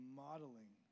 modeling